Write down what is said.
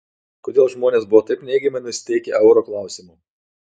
kodėl žmonės buvo taip neigiamai nusiteikę euro klausimu